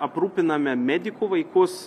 aprūpiname medikų vaikus